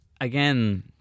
again